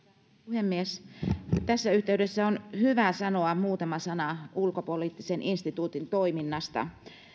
puhemies tässä yhteydessä on hyvä sanoa muutama sana ulkopoliittisen instituutin toiminnasta